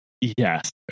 Yes